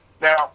Now